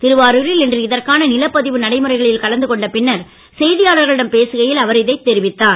திருவாருரில் இன்று இதற்கான நிலப்பதிவு நடைமுறைகளில் கலந்து கொண்ட பின்னர் செய்தியாளர்களிடம் பேசுகையில் அவர் இதைத் தெரிவித்தார்